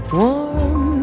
warm